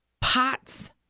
pots